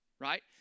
right